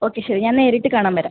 okay ശരി ഞാൻ നേരിട്ട് കാണാൻ വരാം